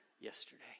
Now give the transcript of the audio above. yesterday